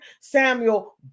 Samuel